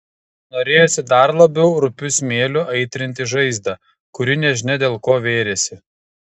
norėjosi dar labiau rupiu smėliu aitrinti žaizdą kuri nežinia dėl ko vėrėsi